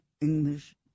English